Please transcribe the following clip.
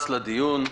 לדיון.